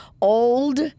old